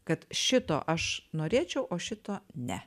kad šito aš norėčiau o šito ne